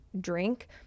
drink